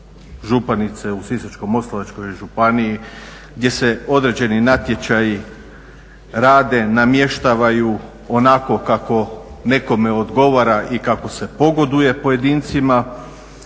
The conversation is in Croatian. županice u Sisačko-moslavačkoj županiji gdje se određeni natječaji rade, namještaju onako kako nekome odgovara i kako se pogoduje pojedincima.